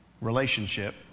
relationship